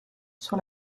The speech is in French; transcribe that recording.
sur